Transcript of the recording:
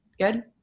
Good